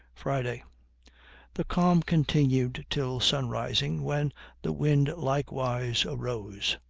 friday the calm continued till sun-rising, when the wind likewise arose,